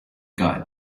guy